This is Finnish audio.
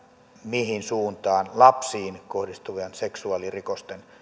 mihin suuntaan lapsiin kohdistuvien seksuaalirikosten